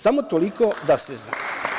Samo toliko da se zna.